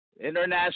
International